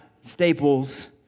Staples